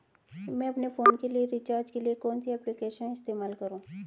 मैं अपने फोन के रिचार्ज के लिए कौन सी एप्लिकेशन इस्तेमाल करूँ?